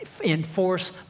enforce